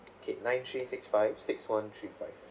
K nine three six five six one three five